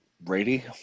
Brady